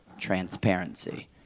Transparency